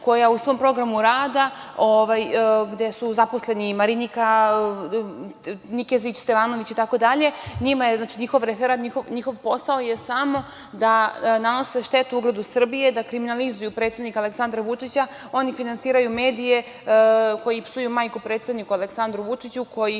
koja u svom programu rada, gde su zaposleni Marinika, Nikezić, Stevanović itd, njihov posao je samo da nanose štetu ugledu Srbije, da kriminalizuju predsednika Aleksandra Vučića, oni finansiraju medije koji psuju majku predsedniku Aleksandru Vučiću, koji